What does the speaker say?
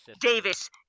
Davis